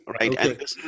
right